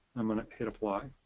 i'm going to hit apply.